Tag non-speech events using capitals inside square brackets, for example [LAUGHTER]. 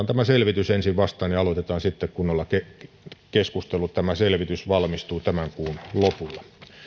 [UNINTELLIGIBLE] tämä selvitys ensin vastaan ja aloitetaan sitten kunnolla keskustelu tämä selvitys valmistuu tämän kuun lopulla